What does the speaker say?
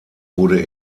wurde